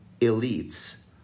elites